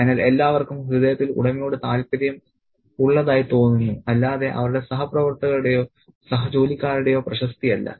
അതിനാൽ എല്ലാവർക്കും ഹൃദയത്തിൽ ഉടമയോട് താൽപ്പര്യം ഉള്ളതായി തോന്നുന്നു അല്ലാതെ അവരുടെ സഹപ്രവർത്തകരുടെയോ സഹജോലിക്കാരുടെയോ പ്രശസ്തി അല്ല